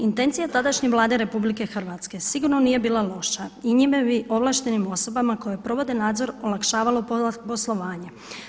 Intencija tadašnje Vlade RH sigurno nije bila loša i njime bi ovlaštenim osobama koje provode nadzor olakšavalo poslovanje.